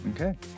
Okay